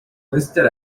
listed